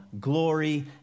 glory